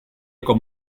com